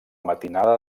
matinada